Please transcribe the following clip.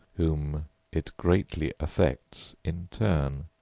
whom it greatly affects in turn.